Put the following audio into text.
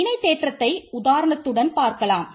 இணைத் தேற்றத்தை உதாரணத்துடன் பார்க்கலாம்